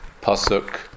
pasuk